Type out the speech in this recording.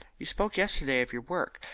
you spoke yesterday of your work.